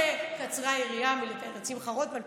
שקצרה היריעה מלתאר את שמחה רוטמן,